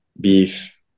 beef